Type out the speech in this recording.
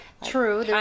True